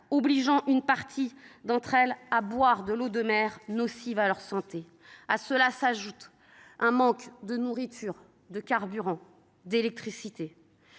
obligeant une partie d’entre elles à boire de l’eau de mer, nocive pour leur santé. À cela s’ajoute le manque de nourriture, de carburant et d’électricité.